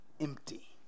empty